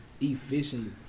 Efficiently